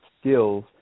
skills